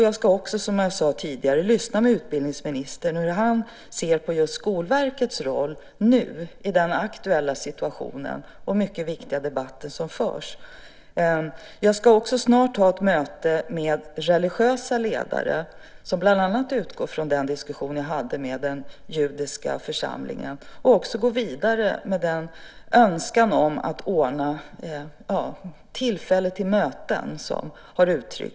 Jag ska också, som jag sade tidigare, lyssna med utbildningsministern hur han ser på Skolverkets roll nu i den aktuella situationen och den mycket viktiga debatt som förs. Jag ska också snart ha ett möte med religiösa ledare som bland annat utgår från den diskussion jag hade med den judiska församlingen och också gå vidare med den önskan som har uttryckts om att ordna tillfälle till möten.